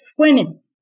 swimming